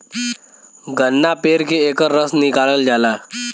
गन्ना पेर के एकर रस निकालल जाला